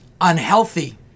unhealthy